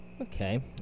Okay